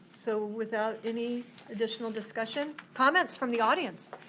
so without any additional discussion. comments from the audience.